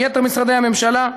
עם יתר משרדי הממשלה.